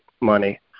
money